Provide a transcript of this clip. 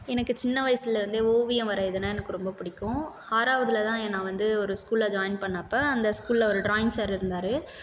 எனக்கு சின்ன வயதிலேருந்தே ஓவியம் வரையிறதுனால் எனக்கு ரொம்ப பிடிக்கும் ஆறாவதில் தான் நான் வந்து ஒரு ஸ்கூலில் ஜாயின் பண்ணிணப்ப அந்த ஸ்கூலில் ஒரு ட்ராயிங் சார் இருந்தார்